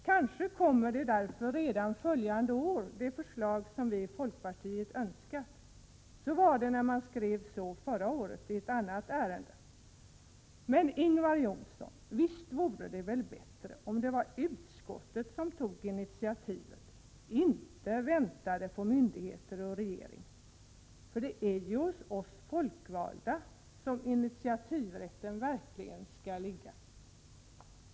Kanske kommer därför redan nästa år det förslag som vi i folkpartiet önskat. Så blev det när man förra året använde en motsvarande skrivning i ett annat ärende. Men, Ingvar Johnsson, visst vore det väl bättre, om det var utskottet som tog initiativet och inte väntade på myndigheter och regering. Det är ju ändå hos oss folkvalda som den verkliga initiativrätten skall ligga.